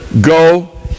Go